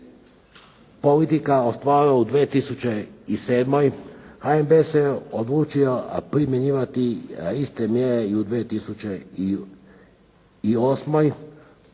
politika ostvarila u 2007. HNB se odlučio primjenjivati iste mjere i u 2008.